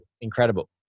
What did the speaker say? Incredible